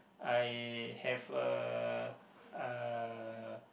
I have a uh